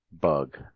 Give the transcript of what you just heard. bug